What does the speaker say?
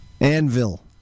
Anvil